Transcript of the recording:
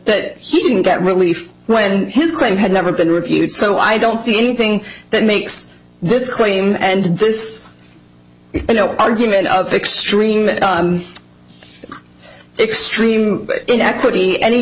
that he didn't get relief when his claim had never been reviewed so i don't see anything that makes this claim and this argument of extreme and extreme inequity any